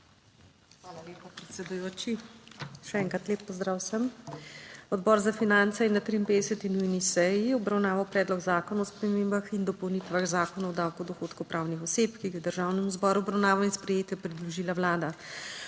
Hvala lepa, predsedujoči. Še enkrat lep pozdrav vsem. Odbor za finance je na 53. nujni seji obravnaval Predlog zakona o spremembah in dopolnitvah Zakona o davku od dohodkov pravnih oseb, ki ga je Državnemu zboru v obravnavo in sprejetje predložila Vlada.